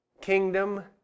kingdom